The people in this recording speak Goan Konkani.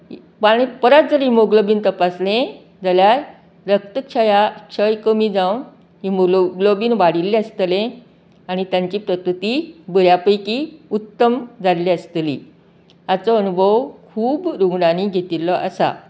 आनी परत जर हिमोग्लोबीन तपासलें जाल्यार रक्त छया छय कमी जावन हिमोग्लोबीन वाडिल्ले आसतलें आनी तांची प्रकृती बऱ्या पैकी उत्तम जाल्ली आसतलीं हाचो अनुभव खूब रुगणांनी घेतिल्लो आसा